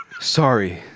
Sorry